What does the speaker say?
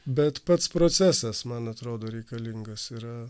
bet pats procesas man atrodo reikalingas yra